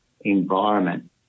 environment